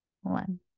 One